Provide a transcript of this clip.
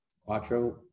Quattro